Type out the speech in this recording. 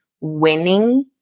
winning